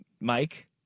Mike